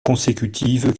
consécutive